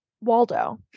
Waldo